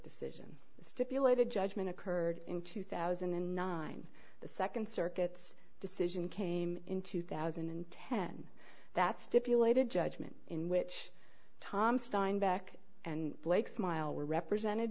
decision stipulated judgment occurred in two thousand and nine the nd circuit's decision came in two thousand and ten that stipulated judgment in which tom steinbeck and blake smile were represented